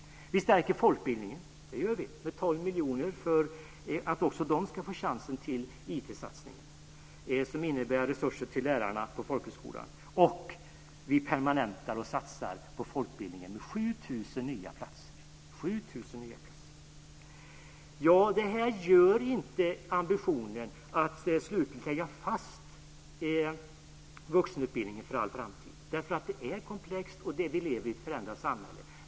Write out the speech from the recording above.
Vi stärker folkbildningen med 12 miljoner för att också de folkhögskolestuderande ska få del av IT satsningen. Det innebär resurser till lärarna på folkhögskolorna. Och vi permanentar och satsar på folkbildningen med 7 000 nya platser. Det här innebär inte en ambition att slutligt lägga fast vuxenutbildningen för all framtid. Det är komplext och vi lever i ett föränderligt samhälle.